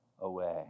away